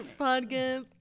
podcast